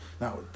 Now